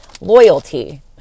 loyalty